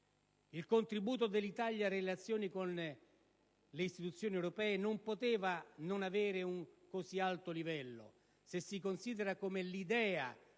Il contributo dell'Italia alle relazioni con le istituzioni europee non poteva non avere un così alto livello, se si considera come l'idea